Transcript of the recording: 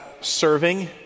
serving